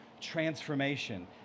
transformation